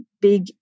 big